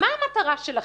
מה המטרה שלכם?